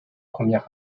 première